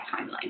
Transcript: timeline